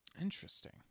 interesting